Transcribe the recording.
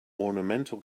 ornamental